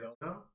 No